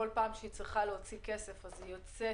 כל פעם שהיא צריכה להוציא כסף היא יוצאת